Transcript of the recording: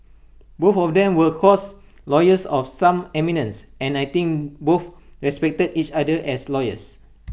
both of them were of course lawyers of some eminence and I think both respected each other as lawyers